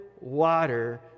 water